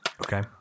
Okay